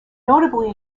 notably